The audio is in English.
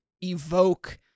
evoke